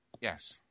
Yes